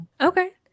Okay